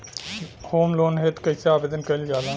Home loan हेतु कइसे आवेदन कइल जाला?